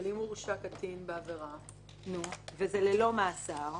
אבל אם הורשע קטין בעבירה ללא מאסר?